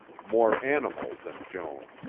more animal than joan.